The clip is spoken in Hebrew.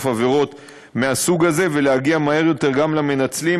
בעבירות מהסוג הזה ולהגיע מהר יותר גם למנצלים,